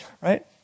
Right